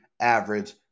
average